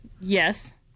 Yes